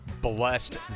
blessed